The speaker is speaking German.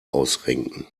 ausrenken